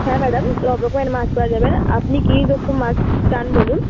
হ্যাঁ ম্যাডাম সব রকমের মাছ পাওয়া যাবে আপনি কী রকম মাছ চান বলুন